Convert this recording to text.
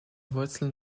wurzeln